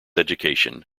education